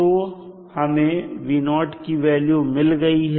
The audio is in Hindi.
तो हमें की वैल्यू मिल गई है